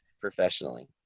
professionally